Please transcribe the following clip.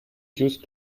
used